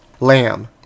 lamb